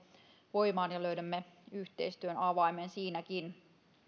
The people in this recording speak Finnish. voimaan ja löydämme yhteistyön avaimen siinäkin